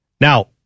Now